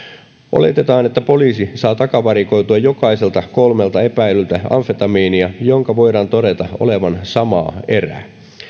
oletetaan että poliisi saa takavarikoitua jokaiselta kolmelta epäillyltä amfetamiinia jonka voidaan todeta olevan samaa erää